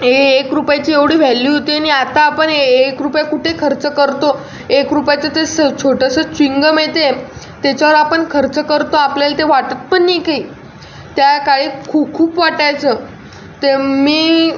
ए एक रुपयाची एवढी व्हॅल्यू होती नि आता आपण ए एक रुपया कुठे खर्च करतो एक रुपयाचं ते स छोटंसं च्युईंगम येते त्याच्यावर आपण खर्च करतो आपल्याला ते वाटत पण नाही काही त्याकाळी खू खूप वाटायचं ते मी